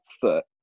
foot